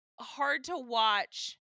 hard-to-watch